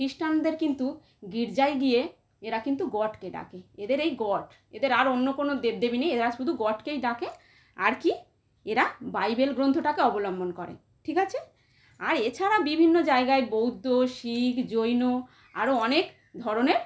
খ্রিস্টানদের কিন্তু গির্জায় গিয়ে এরা কিন্তু গডকে ডাকে এদের এই গড এদের আর অন্য কোনো দেব দেবী নেই এরা শুধু গডকেই ডাকে আর কী এরা বাইবেল গ্রন্থটাকে অবলম্বন করে ঠিক আছে আর এছাড়া বিভিন্ন জায়গায় বৌদ্ধ শিখ জৈন আরও অনেক ধরনের